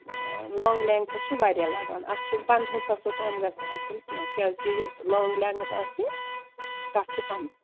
long lengths چھِ واریاہ لَگان اَتھ چھِ پَنٛداہَو ساسَو کم گژھِ نہٕ اَتھ تیٚلہِ کیٚنٛہہ کیٛازِ کہِ یَس لانٛگ لینگٕتھ آسہِ تَتھ چھِ پَنٛد